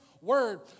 word